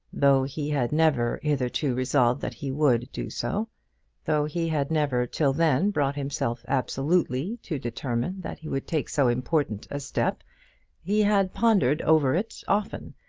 though he had never hitherto resolved that he would do so though he had never till then brought himself absolutely to determine that he would take so important a step he had pondered over it often,